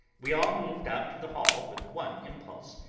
we all moved out to the hall with one impulse,